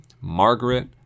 Margaret